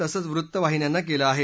तसंच वृत्त वाहिन्यांना केलं आहे